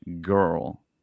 girl